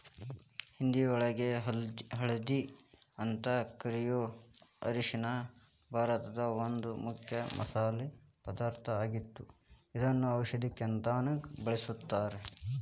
ಹಿಂದಿಯೊಳಗ ಹಲ್ದಿ ಅಂತ ಕರಿಯೋ ಅರಿಶಿನ ಭಾರತದ ಒಂದು ಮುಖ್ಯ ಮಸಾಲಿ ಪದಾರ್ಥ ಆಗೇತಿ, ಇದನ್ನ ಔಷದಕ್ಕಂತಾನು ಬಳಸ್ತಾರ